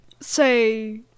say